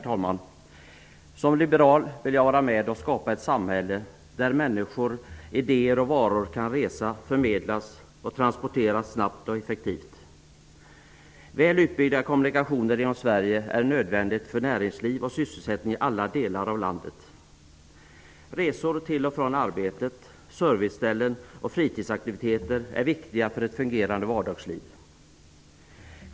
Herr talman! Som liberal vill jag vara med och skapa ett samhälle där människor, idéer och varor kan resa, förmedlas och transporteras snabbt och effektivt. Väl utbyggda kommunikationer inom Sverige är nödvändigt för näringsliv och sysselsättning i alla delar av landet. Resor till och från arbetet, serviceställen och fritidsaktiviteter är viktiga för ett fungerande vardagsliv.